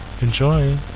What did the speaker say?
enjoy